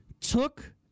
took